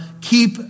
keep